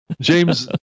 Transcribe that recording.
James